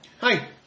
Hi